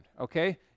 okay